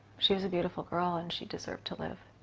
she was a beautiful girl and she deserved to live.